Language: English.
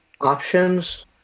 options